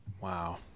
Wow